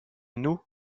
nous